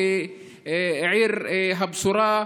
כעיר הבשורה,